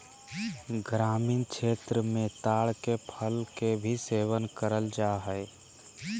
ग्रामीण क्षेत्र मे ताड़ के फल के भी सेवन करल जा हय